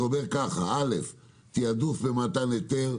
שאומר: תעדוף ומתן היתר.